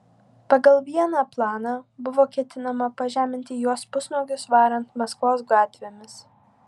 pagal vieną planą buvo ketinama pažeminti juos pusnuogius varant maskvos gatvėmis